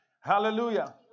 Hallelujah